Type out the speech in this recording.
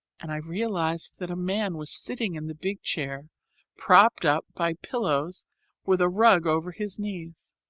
and i realized that a man was sitting in the big chair propped up by pillows with a rug over his knees.